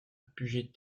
puget